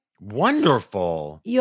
Wonderful